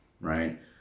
right